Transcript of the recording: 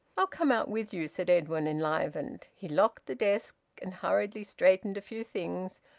i'll come out with you, said edwin, enlivened. he locked the desk, and hurriedly straightened a few things,